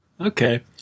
Okay